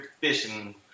fishing